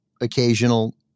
occasional